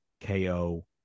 KO